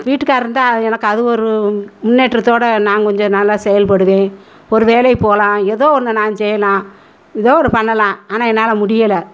வீட்டுக்காரர் இருந்தால் எனக்கு அது ஒரு முன்னேற்றத்தோடு நான் கொஞ்சம் நல்லா செயல்படுவேன் ஒரு வேலைக்கு போகலாம் ஏதோ ஒன்று நான் செய்யலாம் ஏதோ ஒரு பண்ணலாம் ஆனால் என்னால் முடியலை